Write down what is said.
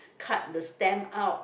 cut the stamp out